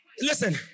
Listen